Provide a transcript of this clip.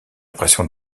pression